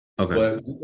okay